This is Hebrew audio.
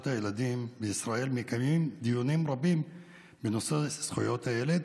הילדים בישראל מקיימים דיונים רבים בנושא זכויות הילד,